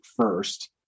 first